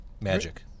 magic